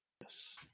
Yes